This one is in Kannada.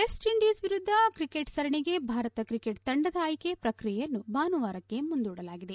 ಮೆಸ್ಟ್ ಇಂಡೀಸ್ ವಿರುದ್ಧ ತ್ರಿಕೆಟ್ ಸರಣಿಗೆ ಭಾರತ ಕ್ರಿಕೆಟ್ ತಂಡದ ಆಯ್ಕೆ ಪ್ರಕ್ರಿಯೆಯನ್ನು ಭಾನುವಾರಕ್ಕೆ ಮುಂದೂಡಲಾಗಿದೆ